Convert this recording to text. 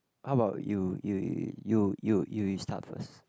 how about you you you you you you you start first